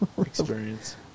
experience